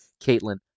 Caitlin